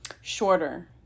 shorter